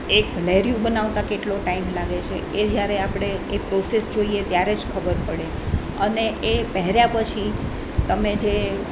એક લેરિયું બનાવતા કેટલો ટાઈમ લાગે છે એ જ્યારે આપણે એ પ્રોસેસ જોઈએ ત્યારે જ ખબર પડે અને એ પહેર્યા પછી તમે જે